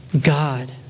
God